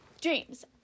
Dreams